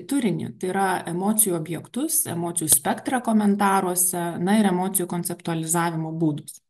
turinį tai yra emocijų objektus emocijų spektrą komentaruose na ir emocijų konceptualizavimo būdus